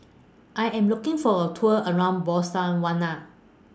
I Am looking For A Tour around Botswana